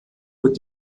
wird